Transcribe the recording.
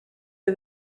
või